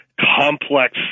complex